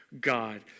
God